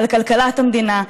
על כלכלת המדינה,